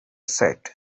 said